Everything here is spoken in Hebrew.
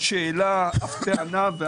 שאלה או טענה.